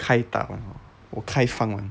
开大 [one] will 开放 [one]